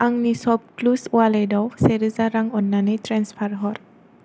आंनि सपक्लुस वालेटाव सेरोजा रां अन्नानै ट्रेन्सफार हर